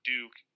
Duke